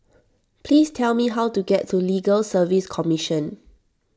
please tell me how to get to Legal Service Commission